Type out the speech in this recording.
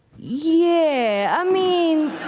yeah, i mean,